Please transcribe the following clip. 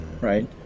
Right